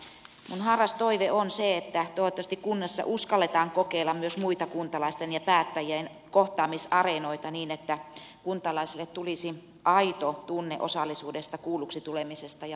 minun harras toiveeni on se että kunnissa uskalletaan kokeilla myös muita kuntalaisten ja päättäjien kohtaamisareenoita niin että kuntalaisille tulisi aito tunne osallisuudesta kuulluksi tulemisesta ja vaikuttamismahdollisuuksista